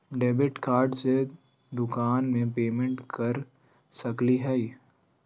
Debit card से दुकान में पेमेंट कर सकली हई?